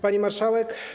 Pani Marszałek!